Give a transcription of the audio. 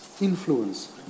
influence